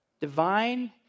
Divine